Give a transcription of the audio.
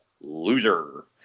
Loser